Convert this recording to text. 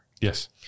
Yes